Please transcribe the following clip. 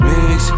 Mix